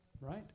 right